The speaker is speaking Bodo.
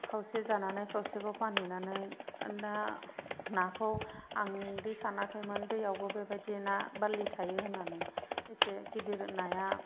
खावसे जानानै खावसेखौ फानहैनानै दा नाखौ आं बेदि सानाखैमोन दैयावबो बेबायदि ना बारलि थायो होननानै एसे गिदिर नाया